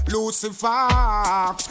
Lucifer